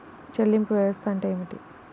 చెల్లింపు వ్యవస్థ అంటే ఏమిటి?